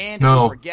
No